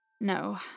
No